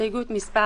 הסתייגות מס'